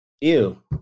ew